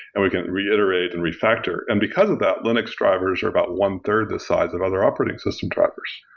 and we can reiterate and refactor. and because of that, linux drivers are about one-third the size of other operating system drivers,